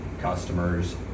customers